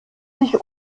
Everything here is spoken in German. sich